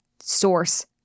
source